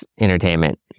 entertainment